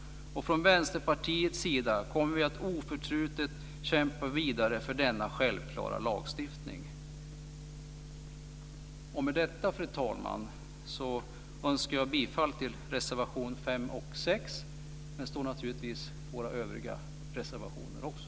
Från Vänsterpartiets sida kommer vi oförtrutet att kämpa vidare för denna självklara lagstiftning. Med detta, fru talman, yrkar jag bifall till reservationerna 5 och 7. Jag står naturligtvis bakom våra övriga reservationer också.